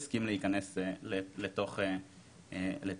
הוא הסכים להיכנס לתוך ההחלטה.